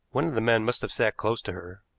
one of the men must have sat close to her,